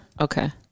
Okay